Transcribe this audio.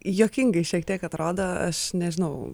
juokingai šiek tiek atrodo aš nežinau